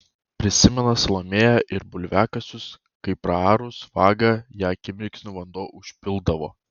prisimena salomėja ir bulviakasius kai praarus vagą ją akimirksniu vanduo užpildavo